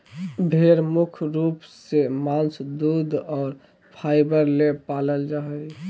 भेड़ मुख्य रूप से मांस दूध और फाइबर ले पालल जा हइ